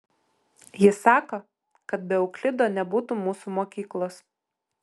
jis sako kad be euklido nebūtų mūsų mokyklos